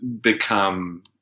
become